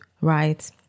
right